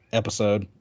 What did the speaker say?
episode